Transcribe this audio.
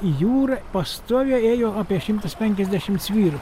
į jūrą pastoviai ėjo apie šimtas penkiasdešimts vyrų